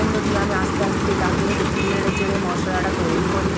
এগুলো দিয়ে আমি আস্তে আস্তে তাকে নেড়ে চেড়ে মশলাটা তৈরি করি